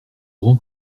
grand